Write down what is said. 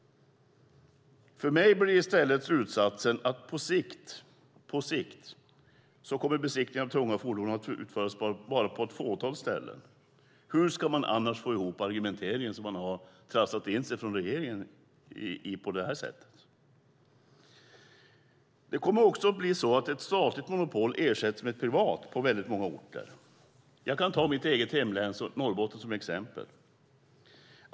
För mig blir i stället slutsatsen att besiktning av tunga fordon på sikt kommer att utföras på bara ett fåtal ställen. Hur ska regeringen annars få ihop argumenteringen som man har trasslat in sig i? Det kommer också att bli så att ett statligt monopol ersätts med ett privat på väldigt många orter. Jag kan ta mitt hemlän Norrbotten som exempel.